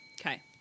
Okay